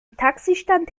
taxistand